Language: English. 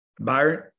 Byron